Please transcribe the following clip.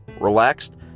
relaxed